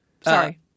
Sorry